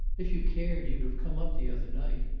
if you cared, you'd have come up the other night.